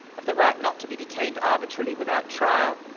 of the right not to be detained arbitrarily without trial,